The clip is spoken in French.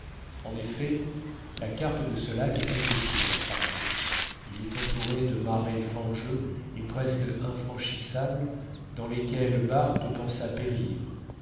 en effet la carte de ce lac est impossible à tracer il est entouré de marais fangeux et presque infranchissables dans lesquels barth pensa périr